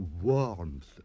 warmth